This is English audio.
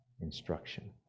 instruction